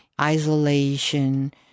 isolation